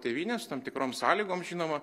tėvynę su tam tikrom sąlygom žinoma